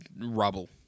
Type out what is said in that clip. Rubble